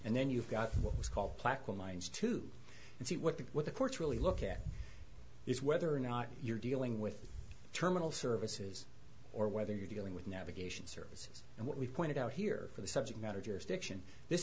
and then you've got what was called plaquemines to see what the what the courts really look at is whether or not you're dealing with terminal services or whether you're dealing with navigation services and what we've pointed out here for the subject matter jurisdiction this